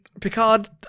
Picard